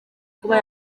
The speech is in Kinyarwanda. kuba